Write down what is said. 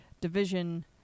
division